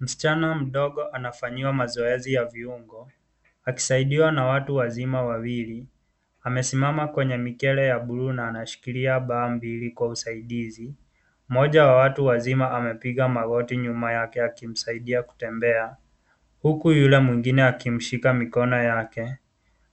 Msichana mdogo anafanyiwa mazoezi ya viungo akisaidiwa na watu wazima wawili. Amesimama kwenye mikele ya bluu na anashikilia pampi hili kwa usaidizi. Mmoja wa watu wazima amepiga magoti nyuma yake akimsaidia kutembea huku Yule mwingine akimshika mikono yake.